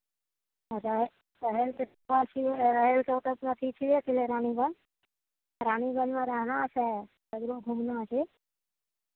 अच्छा रहयके छियै रहयके अथी छियै कयने रानीगंज रानीगंजमे रहना छै सगरो घूमना छै